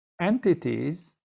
entities